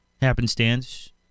happenstance